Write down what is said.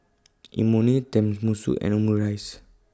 Imoni Tenmusu and Omurice